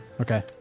Okay